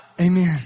Amen